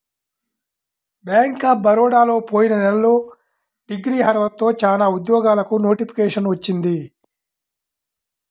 bank of బరోడాలో పోయిన నెలలో డిగ్రీ అర్హతతో చానా ఉద్యోగాలకు నోటిఫికేషన్ వచ్చింది